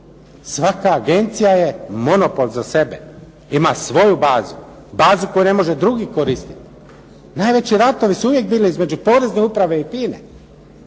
svaka agencija je monopol za sebe. Ima svoju bazu. Bazu koju ne može drugi koristiti. Najveći ratovi su uvijek bili između porezne uprave i